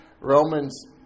Romans